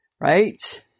right